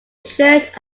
church